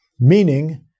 Meaning